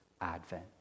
advent